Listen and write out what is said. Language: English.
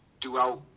throughout